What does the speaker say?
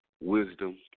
Wisdom